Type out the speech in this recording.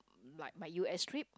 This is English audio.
like my U_S trip